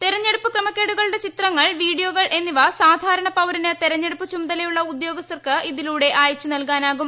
തെരഞ്ഞെടുപ്പ് ക്രമക്കേടുകളുടെ ചിത്രങ്ങൾ വീഡിയോകൾ എന്നിവ സാധാരണ പൌരന് തെരഞ്ഞെടുപ്പ് ചുമതലയുള്ള ഉദ്യോഗസ്ഥർക്ക് ഇതിലൂടെ അയച്ച് നൽകാനാകും